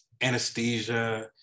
anesthesia